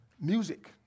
music